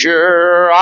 Sure